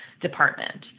department